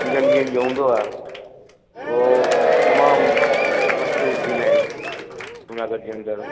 पंजनि ॾींहनि जो हूंदो आहे पोइ तमामु मस्तु उजवींदा आहिनि जूनागढ़ जे अंदरि